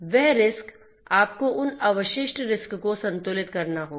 वह रिस्क आपको उन अवशिष्ट रिस्क को संतुलित करना होगा